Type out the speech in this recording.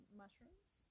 mushrooms